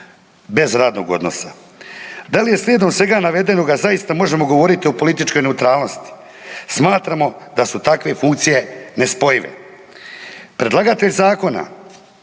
bez radnog odnosa. Da li iz slijedom svega navedenoga zaista možemo govoriti o političkoj neutralnosti? Smatramo da su takve funkcije nespojive. Predlagatelj zakona